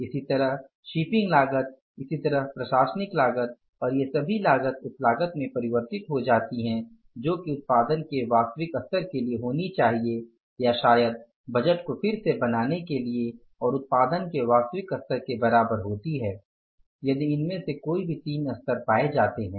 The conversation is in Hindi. इसी तरह शिपिंग लागत इसी तरह प्रशासनिक लागत और ये सभी लागत उस लागत में परिवर्तित हो जाती है जो कि उत्पादन के वास्तविक स्तर के लिए होनी चाहिए या शायद बजट को फिर से बनाने के लिए और उत्पादन के वास्तविक स्तर के बराबर होती है यदि इनमे से कोई भी तीन स्तर पाए जाते हैं